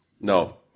no